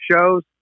shows